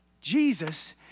Jesus